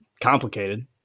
complicated